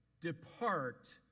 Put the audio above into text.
Depart